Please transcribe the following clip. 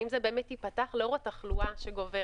אם זה באמת ייפתח לאור התחלואה שגוברת.